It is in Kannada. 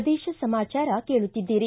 ಪ್ರದೇಶ ಸಮಾಚಾರ ಕೇಳುತ್ತಿದ್ದೀರಿ